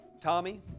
Tommy